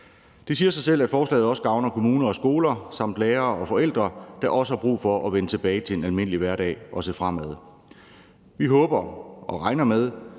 Det siger sig selv, at forslaget også gavner kommuner og skoler samt lærere og forældre, der også har brug for at vende tilbage til en almindelig hverdag og se fremad. Vi håber og regner med,